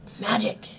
Magic